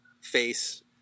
face